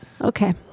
Okay